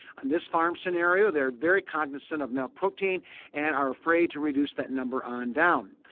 on this farm scenario, they are very cognizant of milk protein and are afraid to reduce that number on down.